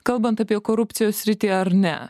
kalbant apie korupcijos sritį ar ne